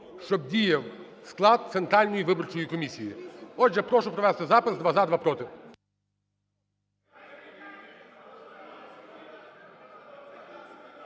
щоб діяв склад Центральної виборчої комісії. Отже, прошу провести запис: два – за, два – проти.